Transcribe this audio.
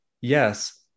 yes